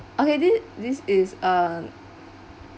okay this this is uh